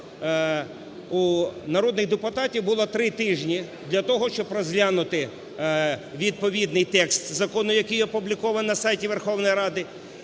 у народних депутатів було три тижні для того, щоб розглянути відповідний текст закону, який опублікований на сайті Верховної Ради,